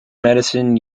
medicine